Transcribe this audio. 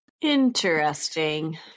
Interesting